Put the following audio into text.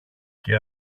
και